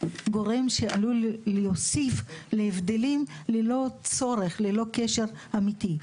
גורם שעלול להוסיף להבדלים ללא צורך ללא קשר אמיתי,